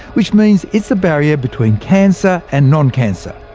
which means it's the barrier between cancer and non-cancer.